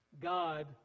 God